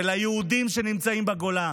וליהודים שנמצאים בגולה,